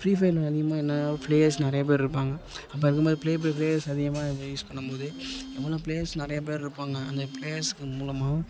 ஃப்ரீஃபயரில் அதிகமாக என்ன ப்ளேயர்ஸ் நிறையா பேர் இருப்பாங்க அப்போ இருக்கும் போது பெரிய பெரிய ப்ளேயர்ஸ் அதிகமாக இதை யூஸ் பண்ணும் போது அதுபோல் ப்ளேயர்ஸ் நிறைய பேர் இருப்பாங்க அந்த ப்ளேயர்ஸுக்கு மூலமாகவும்